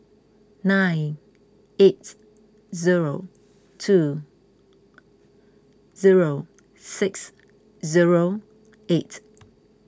nine eight zero two zero six zero eight